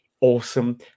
awesome